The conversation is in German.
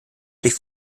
durch